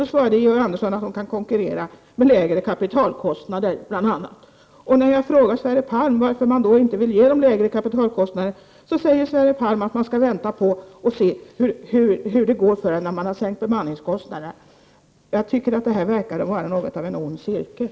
Då svarade Georg Andersson att de kan konkurrera med lägre kapitalkostnader. När jag frågar Sverre Palm varför man inte vill se till att de får lägre kapitalkostnader, svarar Sverre Palm att vi skall vänta och se hur det går för dem när man har sänkt bemanningskostnaderna. Jag tycker att det här verkar vara något av en ond cirkel.